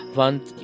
want